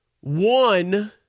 one